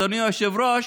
אדוני היושב-ראש,